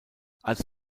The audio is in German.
als